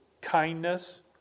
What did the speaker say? kindness